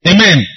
Amen